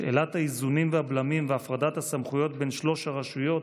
שאלת האיזונים והבלמים והפרדת הסמכויות בין שלוש הרשויות,